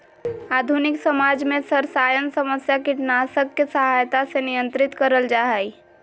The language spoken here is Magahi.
आधुनिक समाज में सरसायन समस्या कीटनाशक के सहायता से नियंत्रित करल जा हई